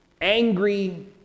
angry